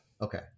Okay